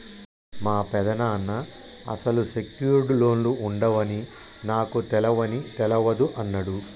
మా పెదనాన్న అసలు సెక్యూర్డ్ లోన్లు ఉండవని నాకు తెలవని తెలవదు అన్నడు